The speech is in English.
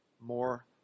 more